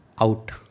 out